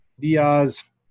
Diaz